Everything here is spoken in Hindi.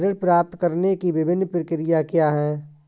ऋण प्राप्त करने की विभिन्न प्रक्रिया क्या हैं?